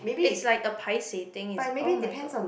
it's like a paiseh thing is oh-my-god